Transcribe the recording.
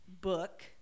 book